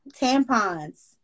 tampons